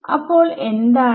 അപ്പോൾ എന്താണ്